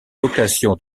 location